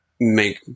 make